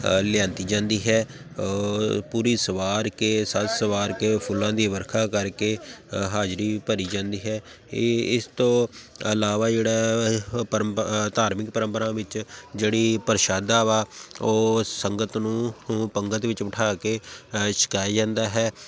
ਲਿਆਉਂਦੀ ਜਾਂਦੀ ਹੈ ਪੂਰੀ ਸਵਾਰ ਕੇ ਸਜ ਸਵਾਰ ਕੇ ਫੁੱਲਾਂ ਦੀ ਵਰਖਾ ਕਰਕੇ ਹਾਜ਼ਰੀ ਭਰੀ ਜਾਂਦੀ ਹੈ ਇਹ ਇਸ ਤੋਂ ਇਲਾਵਾ ਜਿਹੜਾ ਪਰੰਪਾ ਧਾਰਮਿਕ ਪਰੰਪਰਾ ਵਿੱਚ ਜਿਹੜੀ ਪ੍ਰਸ਼ਾਦਾ ਵਾ ਉਹ ਸੰਗਤ ਨੂੰ ਪੰਗਤ ਵਿੱਚ ਬਿਠਾ ਕੇ ਛਕਾਇਆ ਜਾਂਦਾ ਹੈ